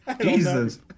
Jesus